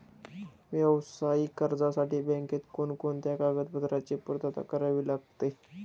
व्यावसायिक कर्जासाठी बँकेत कोणकोणत्या कागदपत्रांची पूर्तता करावी लागते?